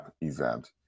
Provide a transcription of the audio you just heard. event